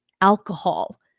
alcohol